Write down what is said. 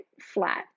flat